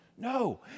No